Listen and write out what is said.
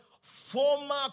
former